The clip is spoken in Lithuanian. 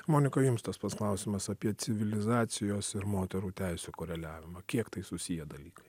monika jums tas pats klausimas apie civilizacijos ir moterų teisių koreliavimą kiek tai susiję dalykai